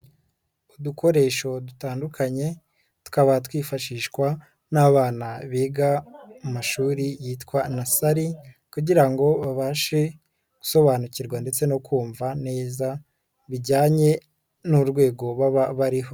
Udukoresho dutandukanye, tukaba twifashishwa n'abana biga mu mashuri yitwa nasali kugirango babashe gusobanukirwa ndetse no kumva neza bijyanye n'urwego baba bariho.